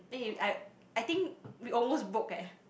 eh I I think we almost broke leh